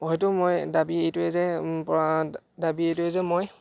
হয়তো মই দাবী এইটোৱেই যে মোৰ পৰা দাবী এইটোৱেই যে মই